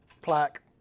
plaque